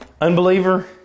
Unbeliever